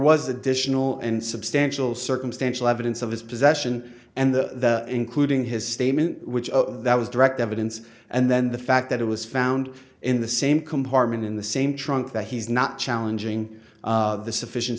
was additional and substantial circumstantial evidence of his possession and the including his statement which of that was direct evidence and then the fact that it was found in the same compartment in the same trunk that he's not challenging the sufficien